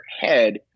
head